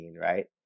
right